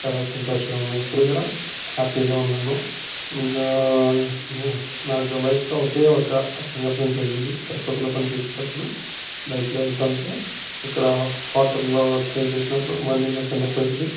చాలా సంతోషంగా ఉన్నాను ఇప్పుడు కూడా హ్యాప్పీగా ఉన్నాను ఇంక ఆ నాకు లైఫ్లో ఒకే ఒక సంఘటన జరిగింది తిరుపతిలో పని చేసేటప్పుడు బైక్లో వెళ్తుంటే అక్కడ హోటల్లో స్టే చేసినప్పుడు మనీ లేకుండా పోయింది